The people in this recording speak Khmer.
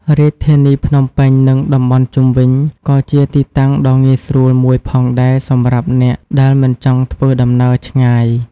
រាជធានីភ្នំពេញ និងតំបន់ជុំវិញ ក៏ជាទីតាំងដ៏ងាយស្រួលមួយផងដែរសម្រាប់អ្នកដែលមិនចង់ធ្វើដំណើរឆ្ងាយ។